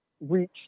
reach